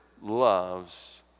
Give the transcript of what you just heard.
loves